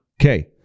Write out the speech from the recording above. Okay